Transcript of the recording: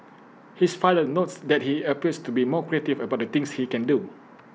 his father notes that he appears to be more creative about the things he can do